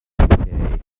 decay